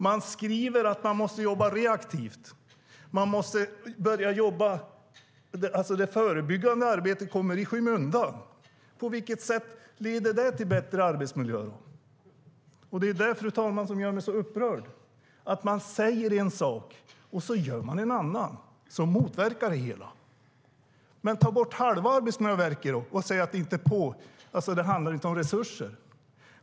Man skriver att man måste jobba reaktivt. Men det förebyggande arbetet kommer i skymundan. På vilket sätt leder det till bättre arbetsmiljö? Fru talman! Det gör mig så upprörd att man säger en sak och gör en annan sak som motverkar det hela. Ta bort halva Arbetsmiljöverket och säg att det inte handlar om resurser.